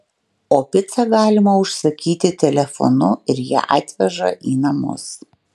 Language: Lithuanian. o picą galima užsakyti telefonu ir ją atveža į namus